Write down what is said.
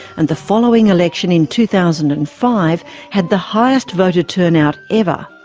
and the following election in two thousand and five had the highest voter turnout ever.